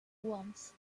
worms